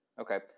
Okay